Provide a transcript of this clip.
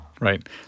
Right